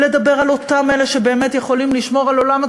לדבר אל אותם אלה שבאמת יכולים לשמור על עולם התורה,